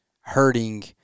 hurting